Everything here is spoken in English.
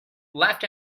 left